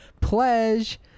pledge